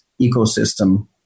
ecosystem